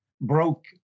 broke